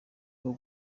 bwo